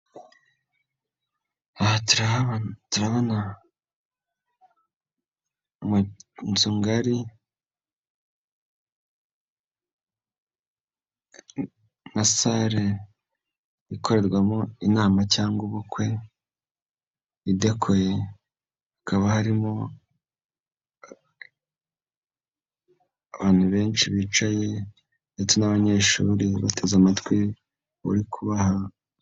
Aha turabona inzu ngari, umeze nka sale ikorerwamo inama cyangwa ubukwe, hakaba harimo abantu benshi bicaye ndetse n'abanyeshuri bicaye, bateze amatwi barimo kubaha...